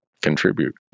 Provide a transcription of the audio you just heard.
contribute